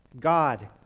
God